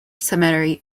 cemetery